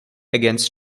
against